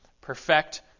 Perfect